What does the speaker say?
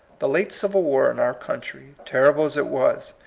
the late civil war in our country, terrible as it was,